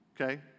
okay